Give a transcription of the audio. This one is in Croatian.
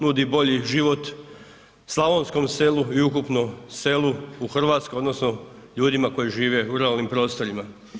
nudi bolji život slavonskom selu i ukupnom selu u Hrvatskoj odnosno ljudima koji žive u ruralnim prostorima?